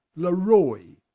le roy?